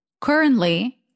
currently